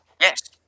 Yes